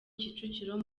kicukiro